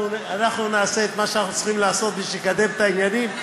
אנחנו נעשה את מה שאנחנו צריכים לעשות כדי לקדם את העניינים.